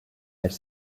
elle